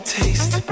taste